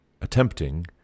attempting